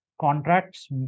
Contracts